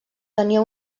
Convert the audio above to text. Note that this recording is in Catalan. tenia